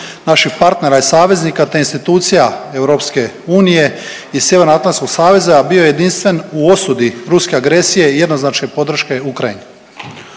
naših partnera i saveznika te institucija EU i Sjeveroatlantskog saveza bio je jedinstven u osudi ruske agresije i jednoznačne podrške Ukrajini.